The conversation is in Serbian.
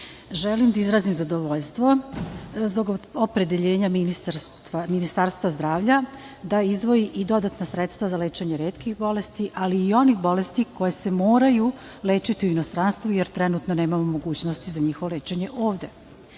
da izrazim zadovoljstvo zbog opredeljenja Ministarstva zdravlja da izdvoji i dodatna sredstva za lečenje retkih bolesti, ali i onih bolesti koje se moraju lečiti u inostranstvu, jer trenutno nemamo mogućnosti za njihovo lečenje ovde.